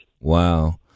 Wow